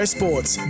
Sports